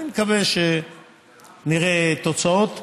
אני מקווה שנראה תוצאות.